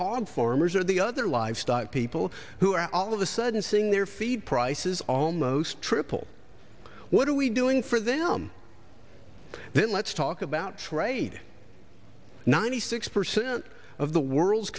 hog farmers or the other livestock people who are all of a sudden seeing their feed prices almost triple what are we doing for them then let's talk about trade ninety six percent of the world's